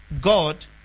God